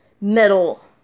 metal